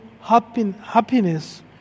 happiness